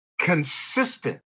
consistent